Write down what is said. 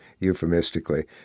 euphemistically